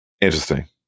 interesting